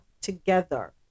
together